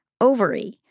ovary